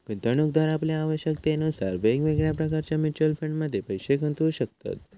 गुंतवणूकदार आपल्या आवश्यकतेनुसार वेगवेगळ्या प्रकारच्या म्युच्युअल फंडमध्ये पैशे गुंतवू शकतत